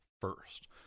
first